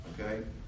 Okay